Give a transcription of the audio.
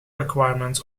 requirements